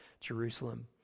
Jerusalem